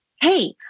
Hey